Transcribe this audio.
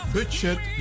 Budget